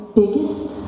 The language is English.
biggest